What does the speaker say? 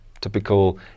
typical